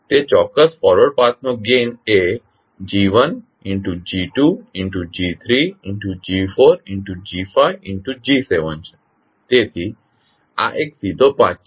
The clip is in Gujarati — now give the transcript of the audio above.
તેથી તે ચોક્કસ ફોરવર્ડ પાથનો ગેઇન એ G1sG2sG3 sG4sG5sG7 છે તેથી આ એક સીધો પાથ છે